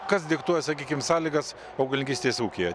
kas diktuoja sakykim sąlygas augalininkystės ūkyje